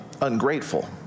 ungrateful